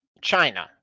China